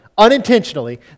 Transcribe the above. unintentionally